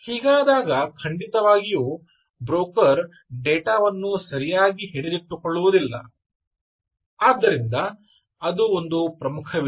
ಹೀಗಾದಾಗ ಖಂಡಿತವಾಗಿಯೂ broker data ವನ್ನು ಸರಿಯಾಗಿ ಹಿಡಿದಿಟ್ಟುಕೊಳ್ಳುವುದಿಲ್ಲ ಆದ್ದರಿಂದ ಅದು ಒಂದು ಪ್ರಮುಖ ವಿಷಯ